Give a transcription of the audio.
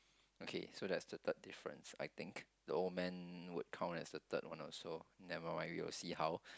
okay so that's the third difference I think the old man would count as a third one also never mind we will see how